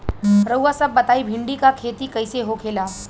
रउआ सभ बताई भिंडी क खेती कईसे होखेला?